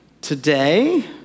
today